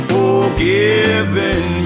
forgiven